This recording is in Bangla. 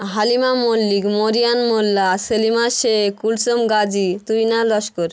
হালিমা মল্লিক মরিয়ান মোল্লা সেলিমা শেখ কুলসুম গাজী তুহিনা লস্কর